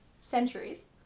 centuries